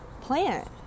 plant